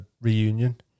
reunion